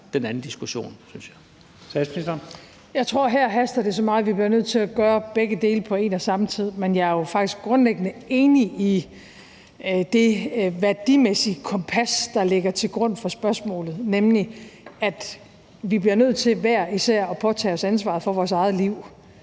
Frederiksen): Jeg tror, at her haster det så meget, at vi bliver nødt til at gøre begge dele på en og samme tid, men jeg er jo faktisk grundlæggende enig i det værdimæssige kompas, der ligger til grund for spørgsmålet, nemlig at vi hver især bliver nødt til at påtage os ansvaret for vores eget liv